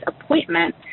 appointment